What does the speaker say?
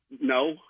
no